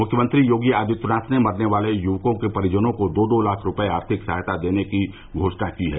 मुख्यमंत्री योगी आदित्यनाथ ने मरने वाले युवकों के परिजनों को दो दो लाख रुपये आर्थिक सहायता देने की घोषणा की है